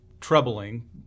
troubling